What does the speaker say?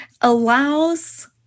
allows